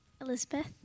Elizabeth